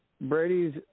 Brady's